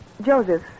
Joseph